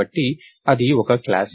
కాబట్టి అది ఒక క్లాస్